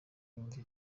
yumve